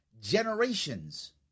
generations